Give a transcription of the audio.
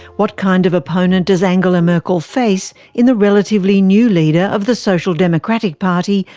what kind of opponent does angela merkel face in the relatively new leader of the social democratic party,